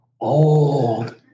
old